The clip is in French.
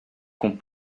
qu’on